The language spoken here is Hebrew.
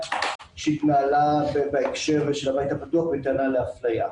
שהתנהלה בהקשר לבית הפתוח בטענה לאפליה.